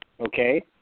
okay